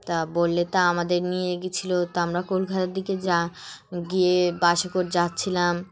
তা বললে তা আমাদের নিয়ে গিয়েছিলো তা আমরা কলকাতার দিকে যা গিয়ে বাসে করে যাচ্ছিলাম